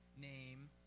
name